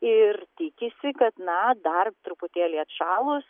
ir tikisi kad na dar truputėlį atšalus